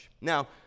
Now